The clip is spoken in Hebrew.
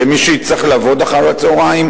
למי שיצטרך לעבוד אחר-הצהריים,